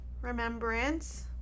Remembrance